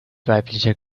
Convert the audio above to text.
weiblicher